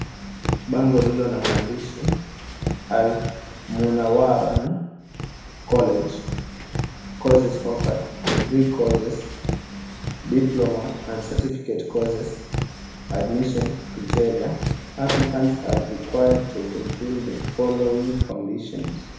Bango lililo na maandishi, Al-Munawwarah College, Courses Offered: Degree Courses, Diploma and Certificate Courses, Admission Criteria: Applicants are Required to Fulfill the Following Conditions.